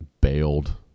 bailed